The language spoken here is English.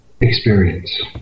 experience